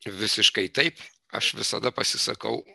visiškai taip aš visada pasisakau